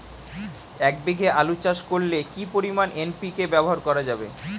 এক বিঘে আলু চাষ করলে কি পরিমাণ এন.পি.কে ব্যবহার করা যাবে?